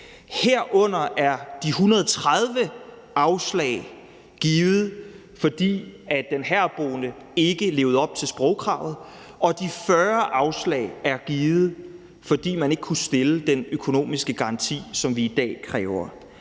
Herunder blev de 130 afslag givet, fordi den herboende ikke levede op til sprogkravet, og de 40 afslag blev givet, fordi man ikke kunne stille den økonomiske garanti, som vi i dag kræver.